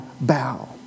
bow